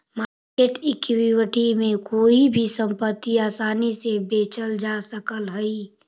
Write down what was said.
market equity में कोई भी संपत्ति आसानी से बेचल जा सकऽ हई